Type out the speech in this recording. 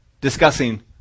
discussing